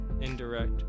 Indirect